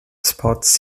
spots